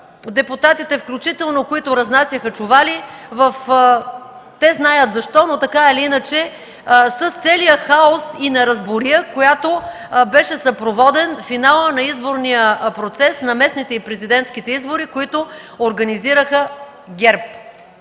депутатите, които разнасяха чували – те знаят защо, но така или иначе с целия хаос и неразбория, с които беше съпроводен финалът на изборния процес на местните и президентските избори, които организираха ГЕРБ.